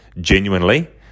genuinely